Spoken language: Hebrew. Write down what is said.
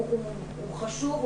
הוא חשוב,